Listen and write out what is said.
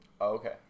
Okay